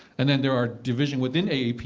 and then there are divisions within